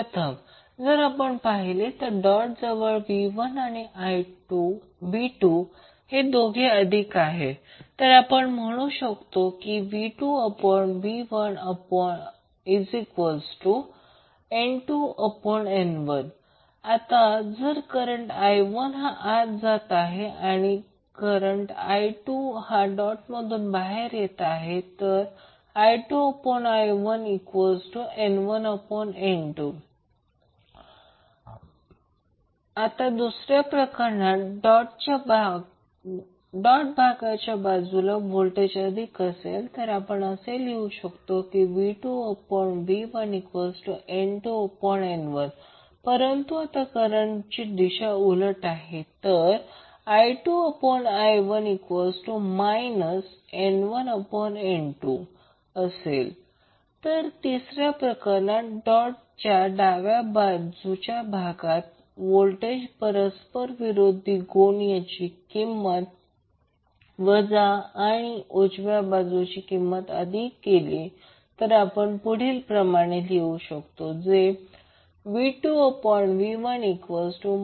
प्रथम जर आपण पाहिले तर डॉट जवळ V1आणि V2 हे दोघे अधिक आहे तर आपण असे म्हणू शकतो V2V1N2N1 आता जर करंट I1 हा आत जात आहे आणि करंट I2 हा डॉट मधून बाहेर येत आहे I2I1N1N2 आता दुसऱ्या प्रकरणात डॉट भागाच्या बाजूला व्होल्टेज अधिक असेल तर आपण असे लिहू शकतो V2V1N2N1 परंतु आता करंटची दिशा ही उलट आहे तर I2I1 N1N2 आता तिसऱ्या प्रकरणात डॉटच्या डाव्या बाजूच्या भागात व्होल्टेजची परस्पर विरोधी गुण याची किंमत वजा आणि उजव्या बाजूला अधिक केली तर आपण असे लिहू शकतो